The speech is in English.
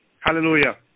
hallelujah